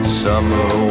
summer